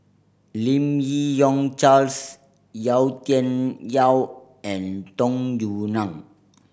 Lim Yi Yong Charles Yau Tian Yau and Tung Yue Nang